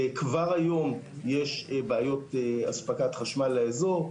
וכבר היום יש בעיות אספקת חשמל לאזור,